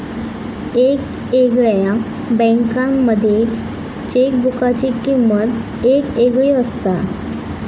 येगयेगळ्या बँकांमध्ये चेकबुकाची किमंत येगयेगळी असता